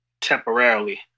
temporarily